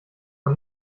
man